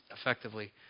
effectively